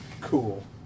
Cool